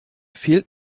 fehlt